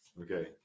Okay